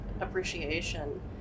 appreciation